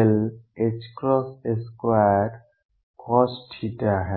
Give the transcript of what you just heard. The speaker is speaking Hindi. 1l2cos θ है